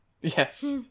Yes